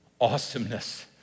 awesomeness